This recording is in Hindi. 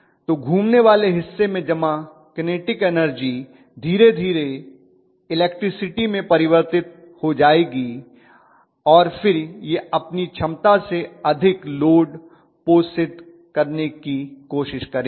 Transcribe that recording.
तो घूमने वाले हिस्सों में जमा किनेटिक एनर्जी धीरे धीरे इलेक्ट्रिसिटी में परिवर्तित हो जाएगी और फिर यह अपनी क्षमता से अधिक लोड पोषित करने की कोशिश करेंगे